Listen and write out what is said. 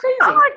crazy